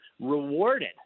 rewarded